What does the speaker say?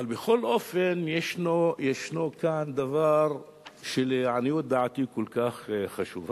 אבל בכל אופן ישנו כאן דבר שלעניות דעתי הוא חשוב ביותר.